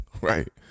Right